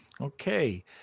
Okay